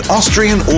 Austrian